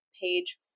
Page